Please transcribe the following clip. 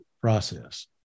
process